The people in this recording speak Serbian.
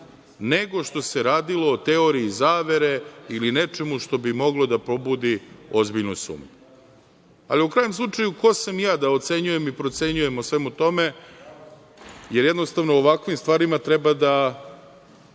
nego što se radilo o teoriji zavere ili nečemu što bi moglo da probudi ozbiljnu sumnju. U krajnjem slučaju ko sam ja da ocenjujem i procenjujem o svemu tome, jer jednostavno o ovakvim stvarima treba da